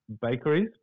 bakeries